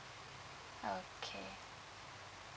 okay